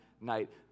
night